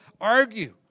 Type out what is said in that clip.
argue